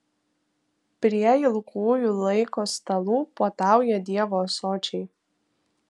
prie ilgųjų laiko stalų puotauja dievo ąsočiai